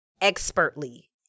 expertly